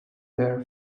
their